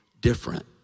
different